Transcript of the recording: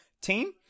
team